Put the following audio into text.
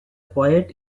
poet